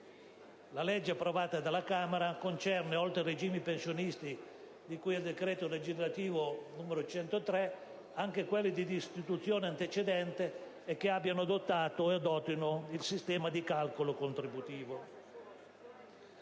La legge approvata dalla Camera concerne, oltre ai regimi pensionistici di cui al citato decreto legislativo n. 103, anche quelli di istituzione antecedente e che abbiano adottato o adottino il sistema di calcolo contributivo.